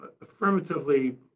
affirmatively